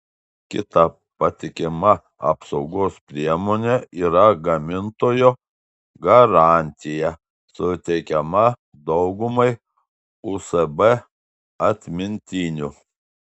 kita patikima apsaugos priemonė yra gamintojo garantija suteikiama daugumai usb atmintinių